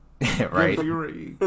right